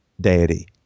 deity